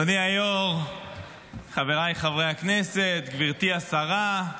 אדוני היו"ר, חבריי חברי הכנסת, גברתי השרה,